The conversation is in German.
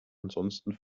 ansonsten